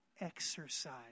exercise